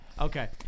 okay